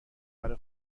برای